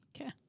Okay